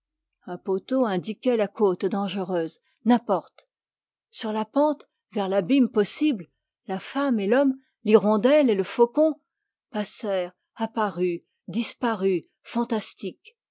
un poteau indiquait la côte dangereuse n'importe sur la pente la femme et l'homme l'hirondelle et le faucon passèrent apparus disparus fantastiques